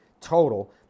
total